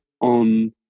on